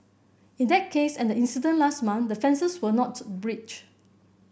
in that case and the incident last month the fences were not breached